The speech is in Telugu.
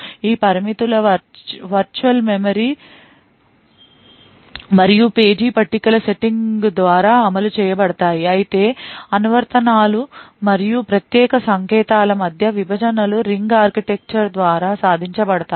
ఈ పరిమితులు వర్చువల్ మెమరీ మరియు పేజీ పట్టికల సెట్టింగ్ ద్వారా అమలు చేయబడతాయి అయితే అనువర్తనాలు మరియు ప్రత్యేక సంకేతాల మధ్య విభజనలు రింగ్ ఆర్కిటెక్చర్ ద్వారా సాధించబడతాయి